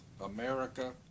America